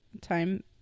time